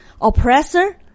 Oppressor